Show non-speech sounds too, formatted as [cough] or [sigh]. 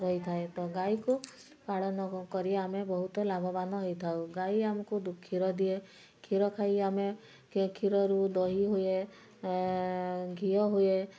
ରହିଥାଏ ତ ଗାଈକୁ ପାଳନ କରିବା ଆମେ ବହୁତ ଲାଭବାନ ହୋଇଥାଉ ଗାଈ ଆମକୁ କ୍ଷୀର ଦିଏ କ୍ଷୀର ଖାଇ ଆମେ [unintelligible] କ୍ଷୀରରୁ ଦହି ହୁଏ ଘିଅ ହୁଏ